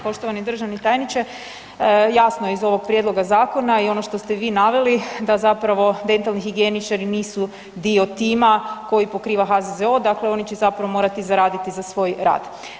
Poštovani državni tajniče, jasno je iz ovog prijedloga zakon i ono što ste vi naveli da zapravo dentalni higijeničari nisu dio tima koji pokriva HZZO, dakle oni će zapravo morati zaraditi za svoj rad.